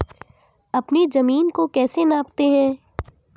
अपनी जमीन को कैसे नापते हैं?